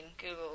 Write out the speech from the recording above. Google